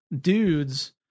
dudes